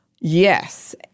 Yes